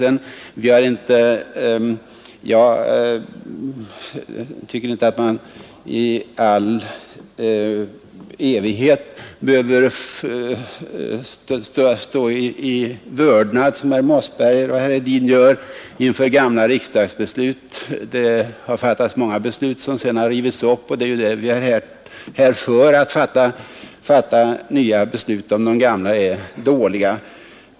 Det argumentet är i dag inte särskilt slagkraftigt. Jag tycker inte att vi behöver — som herr Mossberger och herr Hedin tycks göra — stå fastlåsta i evighet i vördnad inför gamla riksdagsbeslut. Det har fattats många beslut i riksdagen, som sedan har korrigerats. Vi är ju här för att fatta nya 33 beslut, om de gamla visar sig dåliga.